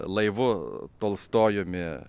laivu tolstojumi